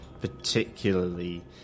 particularly